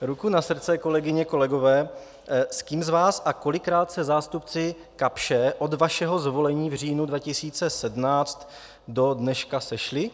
Ruku na srdce, kolegyně, kolegové, s kým z vás a kolikrát se zástupci Kapsche od vašeho zvolení v říjnu 2017 do dneška sešli?